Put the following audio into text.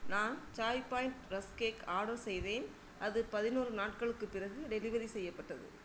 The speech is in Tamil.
நான் Chai Point rusk cake order செய்தேன் அது பதினோரு நாட்களுக்குப் பிறகு டெலிவரி செய்யப்பட்டது